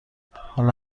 حالا